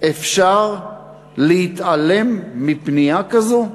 אפשר להתעלם מפנייה כזאת?